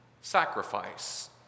Sacrifice